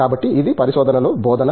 కాబట్టి ఇది పరిశోధన లో బోధన